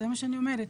זה מה שאני אומרת,